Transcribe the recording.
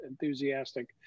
enthusiastic